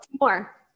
more